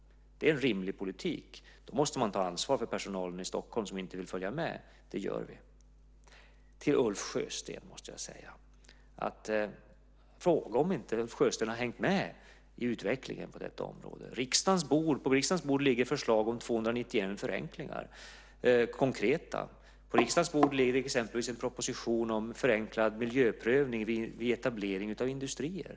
Det är en rimlig politik. Då måste man ta ansvar för personalen i Stockholm som inte vill följa med, och det gör vi. Till Ulf Sjösten måste jag säga att frågan är om Ulf Sjösten har hängt med i utvecklingen på detta område. På riksdagens bord ligger förslag om 291 konkreta förenklingar. På riksdagens bord ligger till exempel en proposition om förenklad miljöprövning vid etablering av industrier.